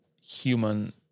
human